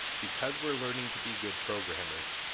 because we're learning to be good programmers,